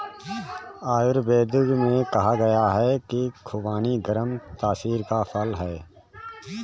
आयुर्वेद में कहा गया है कि खुबानी गर्म तासीर का फल है